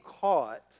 caught